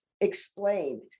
explained